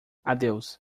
adeus